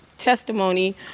testimony